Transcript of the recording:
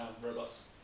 robots